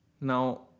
Now